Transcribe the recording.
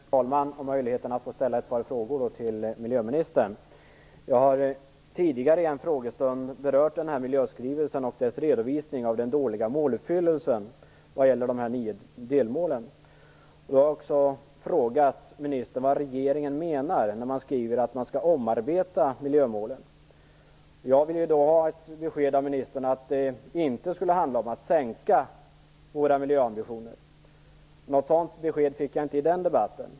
Herr talman! Tack för möjligheten att få ställa ett par frågor till miljöministern. Jag har tidigare i en frågestund berört miljöskrivelsen och dess redovisning av den dåliga måluppfyllelsen vad gäller de nio delmålen. Då frågade jag också ministern vad regeringen menar när man skriver att man skall omarbeta miljömålen. Jag ville ha ett besked av ministern om att det inte skulle handla om att sänka våra miljöambitioner. Något sådant besked fick jag inte i den debatten.